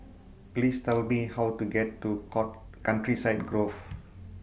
Please Tell Me How to get to call Countryside Grove